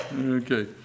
Okay